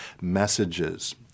messages